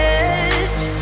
edge